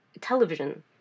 television